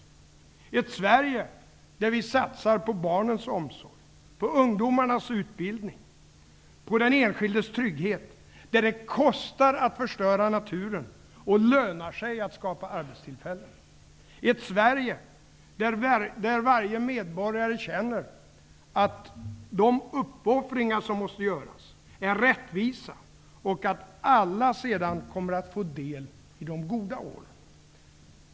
Då kan vi skapa ett Sverige, där vi satsar på barnens omsorg, ungdomarnas utbildning och den enskildes trygghet och där det kostar att förstöra naturen och lönar sig att skapa arbetstillfällen, ett Sverige, där varje medborgare känner att de uppoffringar som måste göras är rättvisa och att alla sedan kommer att få del i de goda åren.